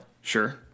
Sure